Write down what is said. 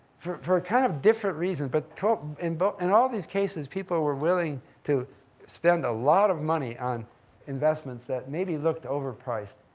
for for kind of different reasons. but in but and all these cases, people were willing to spend a lot of money on investments that maybe looked overpriced.